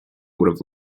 would